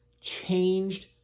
changed